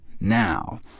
now